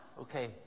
Okay